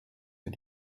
wir